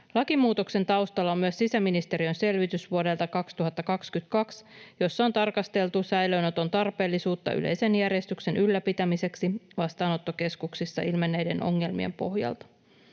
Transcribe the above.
Lakimuutoksen taustalla on myös sisäministeriön selvitys vuodelta 2022, jossa on tarkasteltu säilöönoton tarpeellisuutta yleisen järjestyksen ylläpitämiseksi vastaanottokeskuksissa ilmenneiden ongelmien pohjalta.